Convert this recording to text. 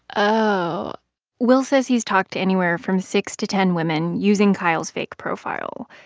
oh will says he's talked to anywhere from six to ten women using kyle's fake profile.